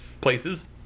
places